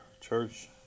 Church